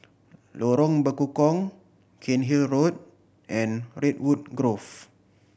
Lorong Bekukong Cairnhill Road and Redwood Grove